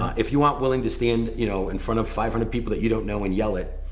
if you aren't willing to stand you know in front of five hundred people that you don't know and yell it,